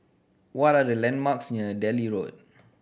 what are the landmarks near Delhi Road